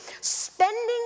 Spending